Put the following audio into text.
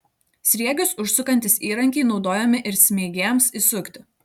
sriegius užsukantys įrankiai naudojami ir smeigėms įsukti